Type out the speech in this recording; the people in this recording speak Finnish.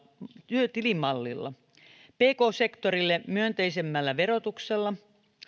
työtilimallilla pk sektorille myönteisemmällä verotuksella